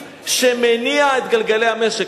שמניע את גלגלי המשק.